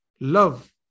love